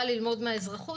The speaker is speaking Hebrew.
הצבא צריך ללמוד מהצבא,